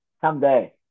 someday